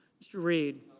mr. reed.